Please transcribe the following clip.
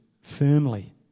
firmly